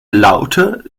laute